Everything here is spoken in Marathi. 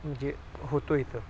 म्हणजे होतो इथं